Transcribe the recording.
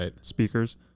speakers